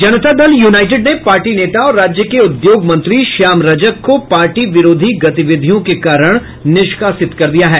जनता Dal United ने party नेता और राज्य के उद्योग मंत्री श्याम रजक को पार्टी विरोधी गतिविधियों के कारण निष्कासित कर दिया है